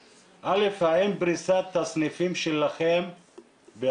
צריך לתגבר את הסניפים בלפחות,